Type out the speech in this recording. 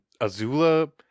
azula